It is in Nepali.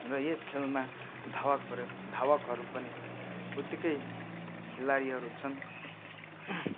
र यस खेलमा धावकहरू धावकहरू पनि उत्तिकै खेलाडीहरू छन्